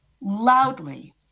loudly